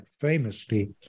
famously